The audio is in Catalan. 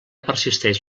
persisteix